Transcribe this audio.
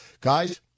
Guys